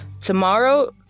Tomorrow